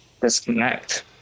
disconnect